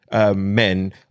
men